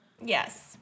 Yes